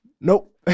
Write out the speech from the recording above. Nope